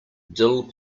dill